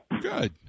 Good